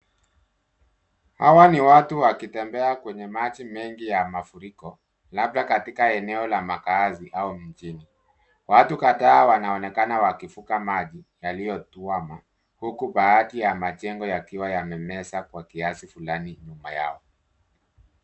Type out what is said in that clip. Hawa ni watu wakitembea kwenye maji mengi ya mafuriko labda katika eneo la makazi au mjini, watu kadhaa hawa wanaonekana wakivuka maji yaliyotuama huku baadhi ya majengo yakiwa yamemeza kwa kiasi fulani nyuma yao.